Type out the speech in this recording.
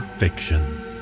fiction